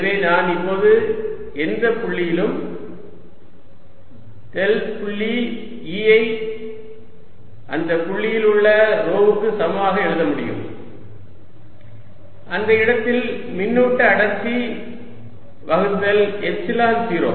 எனவே நான் இப்போது எந்த புள்ளியிலும் டெல் புள்ளி E ஐ அந்த புள்ளியில் உள்ள ρ க்கு சமமாக எழுத முடியும் அந்த இடத்தின் மின்னூட்ட அடர்த்தி வகுத்தல் எப்சிலன் 0